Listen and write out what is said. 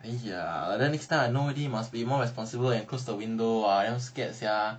!aiya! then next time I know already next time must be more responsible and close the window ah damn scared sia